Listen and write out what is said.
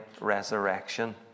resurrection